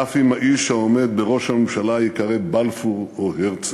אף אם האיש העומד בראש הממשלה ייקרא בלפור או הרצל.